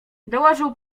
dołożył